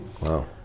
Wow